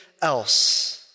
else